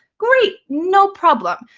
great, no problem.